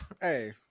Hey